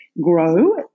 grow